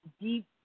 deep